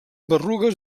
berrugues